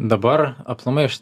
dabar aplamai aš